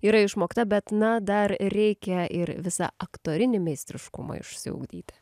yra išmokta bet na dar reikia ir visą aktorinį meistriškumą išsiugdyti